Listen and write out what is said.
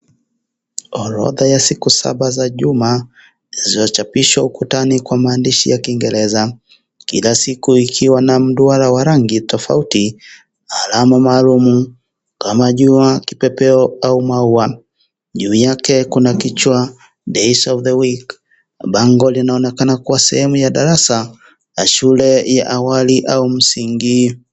Orodha ya siku saba za juma. Zilizochapishwa ukutani kwa maandishi ya kiingereza. Kila siku ikiwa na mduara wa rangi tofauti. Alama maalum kama jua, kipepeo au mauwa. Juu yake kuna kichwa days of the week . Bango linaonekana kwa sehemu ya darasa la shule ya awali au msingi.